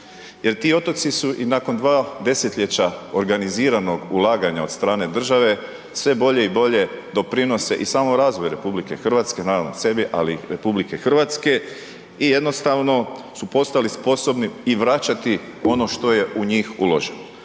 jer ti otoci su i nakon 2 desetljeća organiziranog ulaganja od strane države, sve bolje i bolje doprinose i samom razvoju RH, .../Govornik se ne razumije./... ali RH, i jednostavno su postali sposobni i vraćati ono što je u njih uloženo.